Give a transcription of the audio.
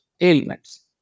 ailments